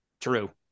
True